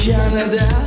Canada